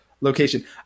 location